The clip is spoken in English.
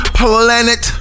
planet